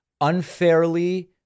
unfairly